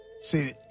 See